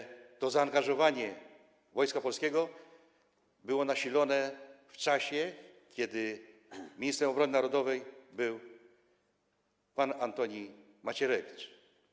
Szczególnie to zaangażowanie Wojska Polskiego było nasilone w czasie, kiedy ministrem obrony narodowej był pan Antoni Macierewicz.